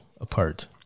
apart